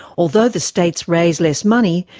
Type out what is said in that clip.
although the states raise less money,